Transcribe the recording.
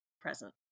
present